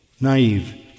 naive